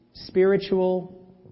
spiritual